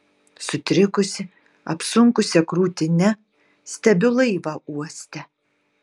sutrikusi apsunkusia krūtine stebiu laivą uoste